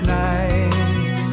night